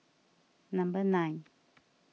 number nine